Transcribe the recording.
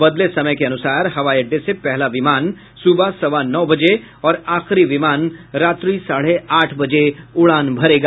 बदले समय के अनुसार हवाई अड्डे से पहला विमान सुबह सवा नौ बजे और आखिरी विमान रात्रि साढ़े आठ बजे उड़ान भरेगा